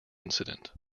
incident